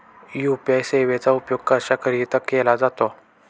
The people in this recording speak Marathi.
यू.पी.आय सेवेचा उपयोग कशाकरीता केला जातो?